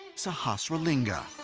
sahasralinga.